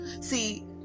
See